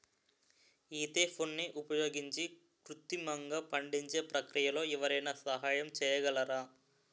ఈథెఫోన్ని ఉపయోగించి కృత్రిమంగా పండించే ప్రక్రియలో ఎవరైనా సహాయం చేయగలరా?